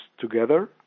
together